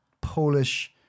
Polish